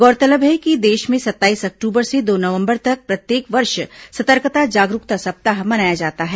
गौरतलब है कि देश में सत्ताईस अक्टूबर से दो नवंबर तक प्रत्येक वर्ष सतर्कता जागरूकता सप्ताह मनाया जाता है